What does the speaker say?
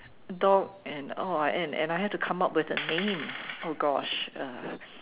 dog and oh I and and I have to come up with a name oh gosh uh